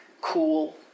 cool